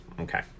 Okay